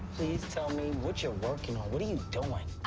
please tell me what you're working on, what are you doing? ah,